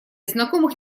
знакомых